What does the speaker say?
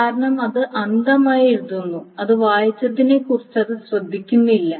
കാരണം അത് അന്ധമായി എഴുതുന്നു അത് വായിച്ചതിനെക്കുറിച്ച് അത് ശ്രദ്ധിക്കുന്നില്ല